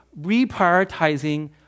reprioritizing